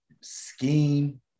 scheme